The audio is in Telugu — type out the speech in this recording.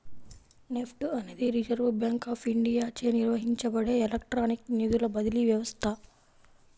నెఫ్ట్ అనేది రిజర్వ్ బ్యాంక్ ఆఫ్ ఇండియాచే నిర్వహించబడే ఎలక్ట్రానిక్ నిధుల బదిలీ వ్యవస్థ